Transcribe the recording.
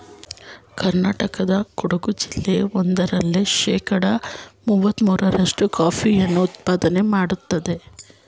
ಕರ್ನಾಟಕದ ಕೊಡಗು ಜಿಲ್ಲೆ ಒಂದರಲ್ಲೇ ಶೇಕಡ ಮುವತ್ತ ಮೂರ್ರಷ್ಟು ಕಾಫಿಯನ್ನು ಉತ್ಪಾದನೆ ಮಾಡ್ತರೆ